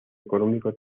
económico